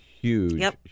Huge